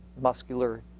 muscular